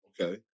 Okay